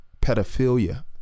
pedophilia